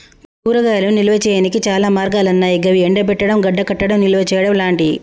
కూరగాయలను నిల్వ చేయనీకి చాలా మార్గాలన్నాయి గవి ఎండబెట్టడం, గడ్డకట్టడం, నిల్వచేయడం లాంటియి